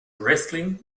wrestling